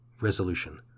Resolution